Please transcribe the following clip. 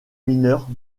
mineurs